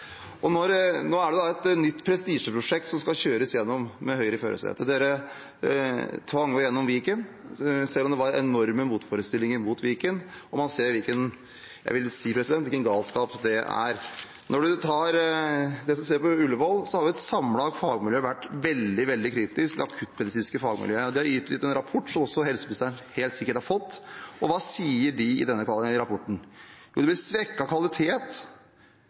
Nå er det et nytt prestisjeprosjekt som skal kjøres igjennom med Høyre i førersetet. Man tvang igjennom Viken, selv om det var enorme motforestillinger mot Viken, og man ser hvilken galskap – vil jeg si – det er. Når det gjelder det som skjer på Ullevål, har et samlet fagmiljø vært veldig, veldig kritisk til det akuttmedisinske fagmiljøet. Det er utgitt en rapport som også helseministeren helt sikkert har fått. Hva sies det i denne rapporten? Jo, det blir svekket kvalitet